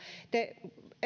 te